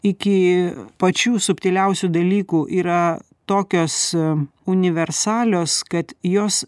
iki pačių subtiliausių dalykų yra tokios universalios kad jos